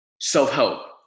self-help